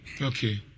okay